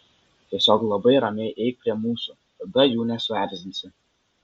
tiesiog labai ramiai eik prie mūsų tada jų nesuerzinsi